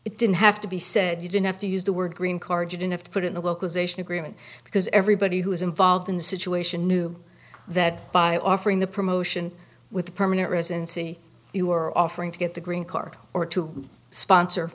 it didn't have to be said you didn't have to use the word green card you didn't have to put in the localization agreement because everybody who was involved in the situation knew that by offering the promotion with permanent residency you were offering to get the green card or to sponsor